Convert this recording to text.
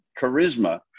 charisma